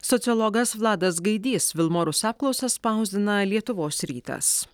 sociologas vladas gaidys vilmorus apklausas spausdina lietuvos rytas